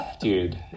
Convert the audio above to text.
Dude